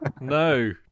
no